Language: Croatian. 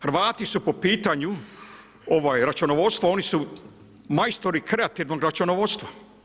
Hrvati su po pitanju računovodstva, oni su majstori kreativnog računovodstva.